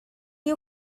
you